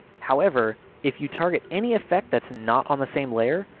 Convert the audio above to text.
however, if you target any effect that's not on the same layer,